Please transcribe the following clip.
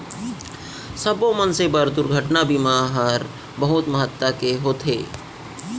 सब्बो मनसे बर दुरघटना बीमा हर बहुत महत्ता के होथे